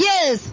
Yes